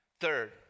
Third